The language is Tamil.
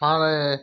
ஆக